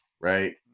right